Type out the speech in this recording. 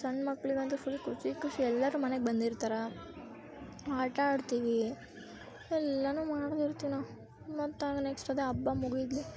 ಸಣ್ಣ ಮಕ್ಕಳಿಗಂತೂ ಫುಲ್ ಖುಷಿ ಖುಷಿ ಎಲ್ಲರೂ ಮನೆಗೆ ಬಂದಿರ್ತಾರೆ ಆಟ ಆಡ್ತೀವಿ ಎಲ್ಲನೂ ಮಾಡ್ತಿರ್ತೀವಿ ನಾವು ಮತ್ತು ಆಮೇಲೆ ನೆಕ್ಸ್ಟ್ ಅದೇ ಹಬ್ಬ ಮುಗಿದ್ಲಿ